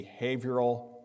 behavioral